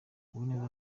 uwineza